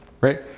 Right